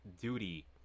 duty